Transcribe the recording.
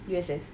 yes yes